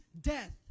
death